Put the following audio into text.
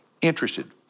interested